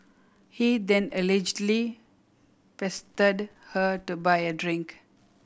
he then allegedly pestered her to buy a drink